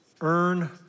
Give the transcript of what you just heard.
earn